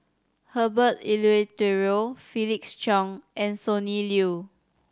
Herbert Eleuterio Felix Cheong and Sonny Liew